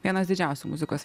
vienas didžiausių muzikos